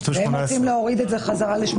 הם רוצים גיל 18. הם רוצים להוריד את זה בחזרה לגיל